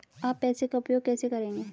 आप पैसे का उपयोग कैसे करेंगे?